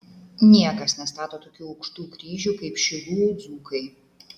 niekas nestato tokių aukštų kryžių kaip šilų dzūkai